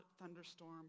thunderstorm